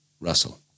Russell